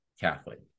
Catholic